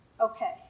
Okay